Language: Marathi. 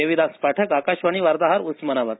देविदास पाठक आकाशवाणी वार्ताहर उस्मानाबाद